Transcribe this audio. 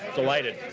delighted.